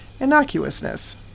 innocuousness